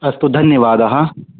अस्तु धन्यवादः